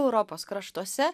europos kraštuose